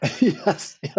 Yes